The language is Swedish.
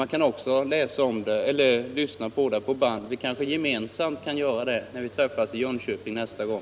Man kan också lyssna på debatten på band. Vi kanske gemensamt kan göra det, när vi träffas i Jönköping nästa gång.